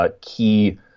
key